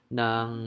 ng